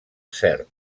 cert